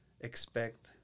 expect